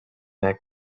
that